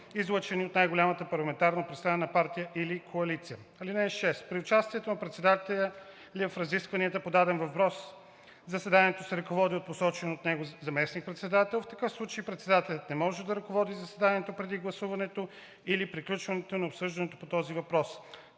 излъчен от най-голямата парламентарно представена партия или коалиция. (6) При участие на председателя в разискванията по даден въпрос заседанието се ръководи от посочен от него заместник-председател. В този случай председателят не може да ръководи заседанието преди гласуването или приключването на обсъждането по този въпрос.